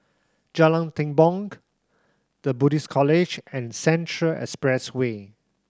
Jalan Tepong The Buddhist College and Central Expressway